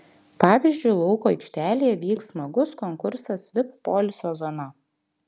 pavyzdžiui lauko aikštelėje vyks smagus konkursas vip poilsio zona